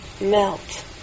melt